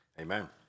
Amen